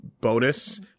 bonus